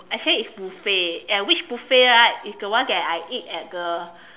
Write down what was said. I say it's buffet and which buffet right is the one that I eat at the